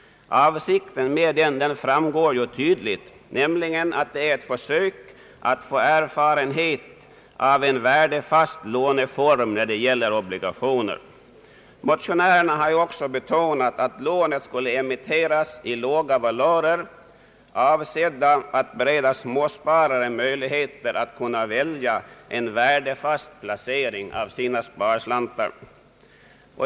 Avsikten med dem framgår ju tydligt. Man vill nämligen göra ett försök för att få erfarenhet av en värdefast låneform när det gäller obligationer. Motionärerna har också betonat att lånet skulle emitteras i låga valörer, avsedda att bereda småsparare möjligheter att kunna välja en värdefast placering av sina sparslantar.